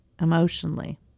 emotionally